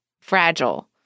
fragile